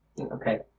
Okay